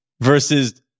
Versus